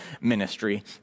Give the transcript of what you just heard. ministry